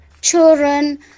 children